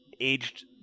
aged